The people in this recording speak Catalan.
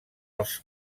els